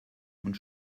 und